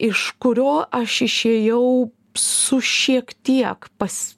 iš kurio aš išėjau su šiek tiek pas